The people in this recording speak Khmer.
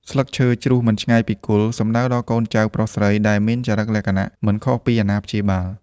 ស្លឹកឈើជ្រុះមិនឆ្ងាយពីគល់ សំដៅដល់់កូនចៅប្រុសស្រីដែលមានចរិកលក្ខណៈ មិនខុសពីអាណាព្យាល។